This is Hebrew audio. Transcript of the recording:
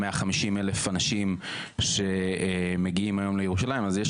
150,000 אנשים שמגיעים היום לירושלים אז יש